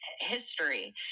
history